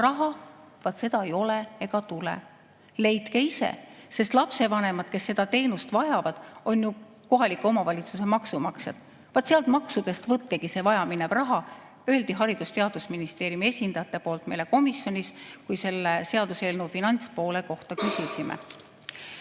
raha, vaat seda ei ole ega tule. Leidke ise, sest lapsevanemad, kes seda teenust vajavad, on ju kohaliku omavalitsuse maksumaksjad. Vot sealt maksudest võtkegi see vajaminev raha, ütlesid Haridus- ja Teadusministeeriumi esindajad meile komisjonis, kui selle seaduseelnõu finantspoole kohta küsisime.